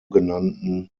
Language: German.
genannten